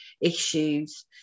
issues